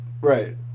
Right